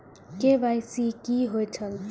KYC कि होई छल?